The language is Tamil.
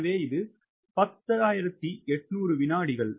எனவே இது 10800 வினாடிகள்